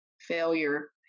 failure